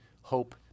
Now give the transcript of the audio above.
hope